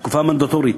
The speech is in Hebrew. מהתקופה המנדטורית.